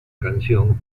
canción